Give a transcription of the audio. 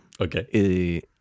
Okay